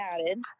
added